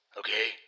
okay